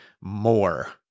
more